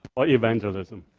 ah evangelism.